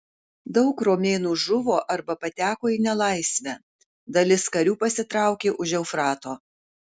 daug romėnų žuvo arba pateko į nelaisvę dalis karių pasitraukė už eufrato